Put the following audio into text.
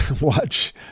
watch